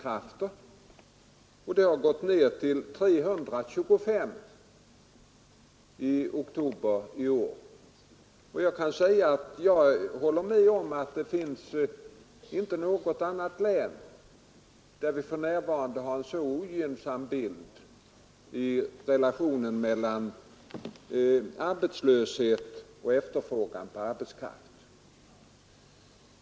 I oktober i år hade efterfrågan gått ned till 325. Det förefaller som vi inte i något annat län har en så ogynnsam relation mellan arbetslöshet och efterfrågan på arbetskraft.